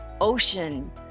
ocean